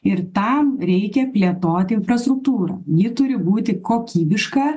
ir tam reikia plėtoti infrastruktūrą ji turi būti kokybiška